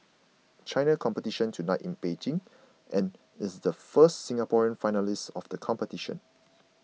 China competition tonight in Beijing and is the first Singaporean finalist of the competition